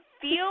feel